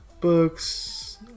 books